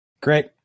Great